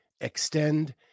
Extend